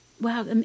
Wow